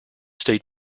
state